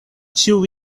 ĉiu